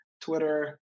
Twitter